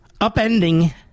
upending